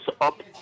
up